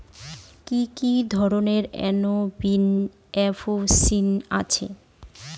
কি কি ধরনের এন.বি.এফ.সি আছে?